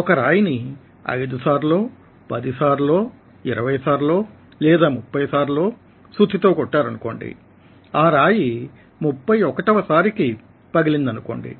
ఒక రాయిని 5 సార్లో 10 సార్లో 20 సార్లో లేదా 30 సార్లో సుత్తితో కొట్టారనుకోండి ఆ రాయి 31 వ సారి కి పగిలిందనుకోండి